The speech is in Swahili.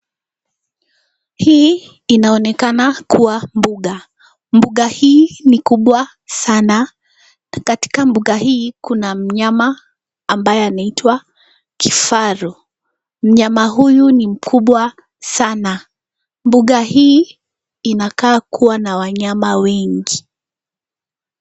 Hii inaonekana kuwa mbuga. Mbuga hii ni kubwa sana, na katika mbuga hii kuna mnyama ambaye anaitwa kifaru. Mnyama huyu ni mkubwa sana. Mbuga hii inakaa kuwa na wanyama wengi.